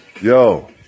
Yo